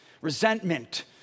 resentment